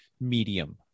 medium